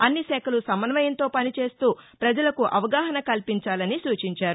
అన్ని శాఖలు సమన్వయంతో పనిచేస్తూ ప్రపజలకు అవగాహన కల్పించాలని సూచించారు